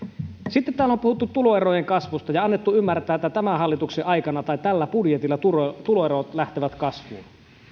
sitten täällä on puhuttu tuloerojen kasvusta ja annettu ymmärtää että tämän hallituksen aikana tai tällä budjetilla tuloerot lähtevät kasvuun